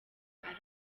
ari